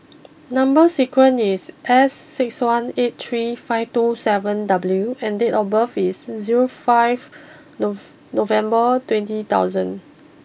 number sequence is S six one eight three five two seven W and date of birth is zero five November twenty thousand